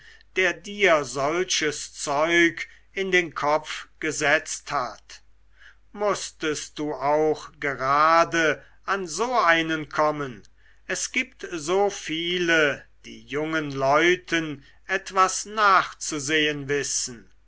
der dir solches zeug in den kopf gesetzt hat mußtest du auch gerade an so einen kommen es gibt so viele die jungen leuten etwas nachzusehen wissen